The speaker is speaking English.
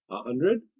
a hundred?